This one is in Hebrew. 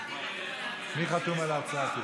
מי חתום על ההצעה?